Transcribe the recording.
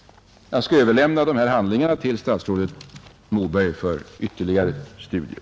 Jag skall överlämna berörda handlingar till statsrådet Moberg för ytterligare studier.